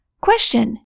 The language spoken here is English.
Question